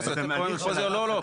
לא, לא.